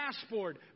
dashboard